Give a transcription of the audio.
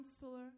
counselor